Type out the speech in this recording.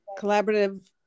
collaborative